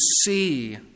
see